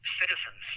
citizens